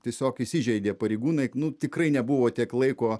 tiesiog įsižeidė pareigūnai nu tikrai nebuvo tiek laiko